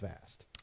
fast